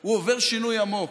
הוא עובר שינוי עמוק.